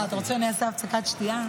אתה רוצה שאני אעשה הפסקת שתייה?